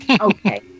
Okay